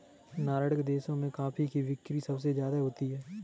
Nordic देशों में coffee की बिक्री सबसे ज्यादा होती है